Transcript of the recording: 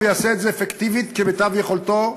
ויעשה את זה אפקטיבית כמיטב יכולתו,